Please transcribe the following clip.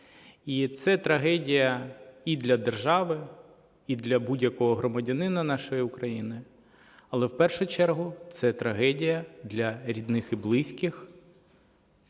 І це трагедія і для держави, і для будь-якого громадянина нашої України, але в першу чергу це трагедія для рідних і близьких